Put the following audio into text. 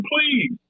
please